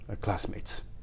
classmates